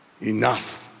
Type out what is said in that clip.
enough